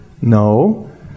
no